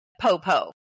po-po